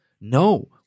No